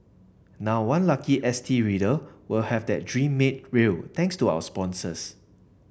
now one lucky S T reader will have that dream made real thanks to our sponsors